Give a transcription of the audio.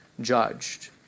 judged